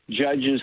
judges